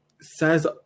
says